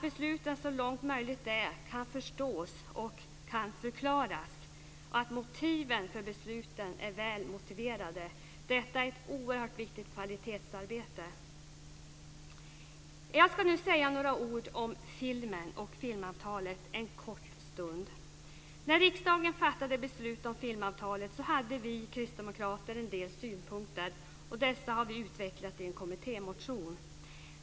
Besluten måste så långt möjligt är förstås och förklaras och motiven för besluten ska vara väl motiverade. Detta är ett oerhört viktigt kvalitetsarbete. Jag ska nu säga några ord om filmen och filmavtalet. När riksdagen fattade beslut om filmavtalet hade vi kristdemokrater en del synpunkter. Dessa har vi utvecklat i en kommittémotion.